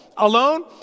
alone